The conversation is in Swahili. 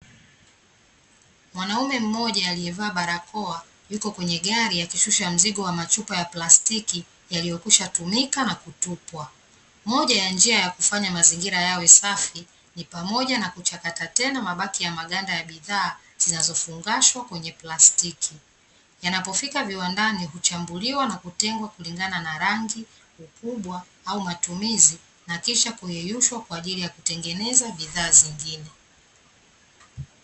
Mwanaume mmoja aliyevaa barakoa, yuko kwenye gari akishusha mzigo wa machupa ya plastiki, yaliyokwishatumika na kutupwa. Moja ya njia ya kufanya mazingira yawe safi ni pamoja na kuchakata tena mabaki ya maganda ya bidhaa, zinazofungashwa kwenye plastiki. Yanapofika viwandani huchambuliwa na kutengwa kulingana na rangi, ukubwa au mtumizi, na kisha kuyayushwa kwa ajili ya kutengeneza bidhaa zingine.